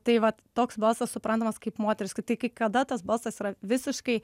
tai vat toks balsas suprantamas kaip moteriškas tai kai kada tas balsas yra visiškai